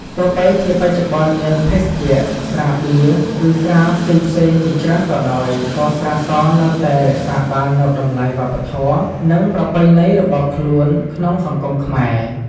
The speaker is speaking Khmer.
ទោះបីជាបច្ចុប្បន្នមានភេសជ្ជៈស្រាបៀរ ឬស្រាផ្សេងៗជាច្រើនក៏ដោយ ក៏ស្រាសនៅតែរក្សាបាននូវតម្លៃវប្បធម៌ និងប្រពៃណីរបស់ខ្លួនក្នុងសង្គមខ្មែរ។